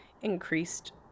increased